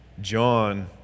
John